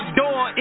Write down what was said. door